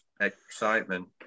excitement